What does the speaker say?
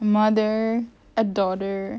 mother a daughter